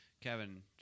kevin